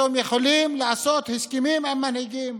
אתם יכולים לעשות הסכמים עם מנהיגים,